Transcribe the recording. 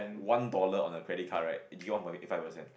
one dollar on the credit card right they give you one point eight five percent